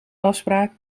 afspraak